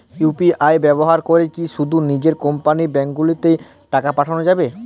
UPI ব্যবহার করে কি শুধু নিজের কোম্পানীর ব্যাংকগুলিতেই টাকা পাঠানো যাবে?